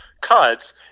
cuts